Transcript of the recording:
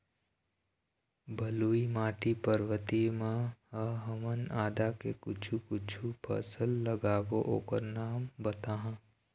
बलुई माटी पर्वतीय म ह हमन आदा के कुछू कछु फसल लगाबो ओकर नाम बताहा?